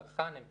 לצרכן הם בסדר.